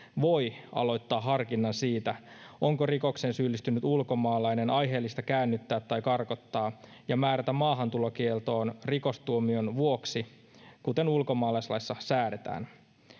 voi aloittaa harkinnan siitä onko rikokseen syyllistynyt ulkomaalainen aiheellista käännyttää tai karkottaa ja määrätä maahantulokieltoon rikostuomion vuoksi kuten ulkomaalaislaissa säädetään